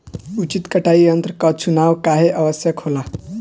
उचित कटाई यंत्र क चुनाव काहें आवश्यक होला?